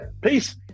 Peace